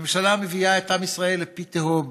הממשלה מביאה את עם ישראל לפי תהום,